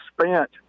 spent